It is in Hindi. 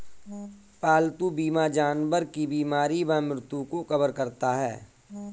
पालतू बीमा जानवर की बीमारी व मृत्यु को कवर करता है